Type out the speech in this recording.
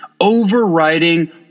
overriding